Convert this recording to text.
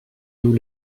nous